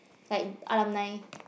like alarm night